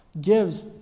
gives